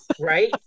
Right